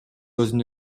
өзүнө